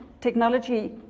Technology